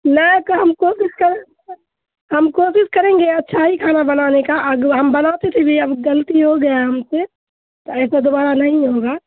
نے تو ہم کوشش کر ہم کوشش کریں گے اچھا ہی کھانا بنانے کا آگے ہم بناتے تھے بھی ہم غلطی ہو گیا ہم سے ایسا دوبارہ نہیں ہوگا